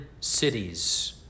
cities